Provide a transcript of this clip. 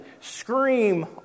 scream